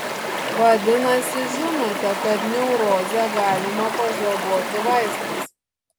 vadinasi žinote kad neurozę galima pažaboti vaistais